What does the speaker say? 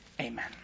Amen